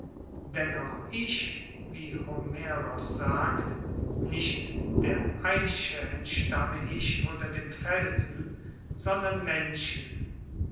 denn auch ich wie homeros sagt nicht der eiche entstamme ich oder dem felsen sondern menschen